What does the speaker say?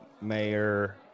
mayor